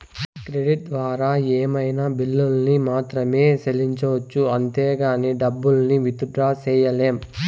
credit ద్వారా ఏమైనా బిల్లుల్ని మాత్రమే సెల్లించొచ్చు అంతేగానీ డబ్బుల్ని విత్ డ్రా సెయ్యలేం